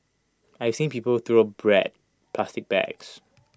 I've seen people throw bread plastic bags